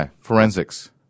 Forensics